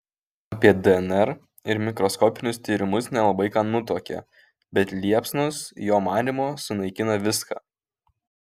apie dnr ir mikroskopinius tyrimus nelabai ką nutuokė bet liepsnos jo manymu sunaikina viską